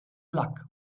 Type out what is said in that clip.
luck